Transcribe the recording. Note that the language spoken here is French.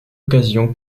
occasion